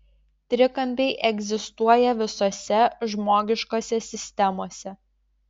trikampiai egzistuoja visose žmogiškose sistemose